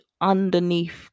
underneath